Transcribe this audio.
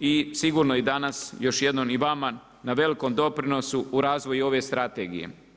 i sigurno i danas još jednom i vama na velikom doprinosu u razvoju ove strategije.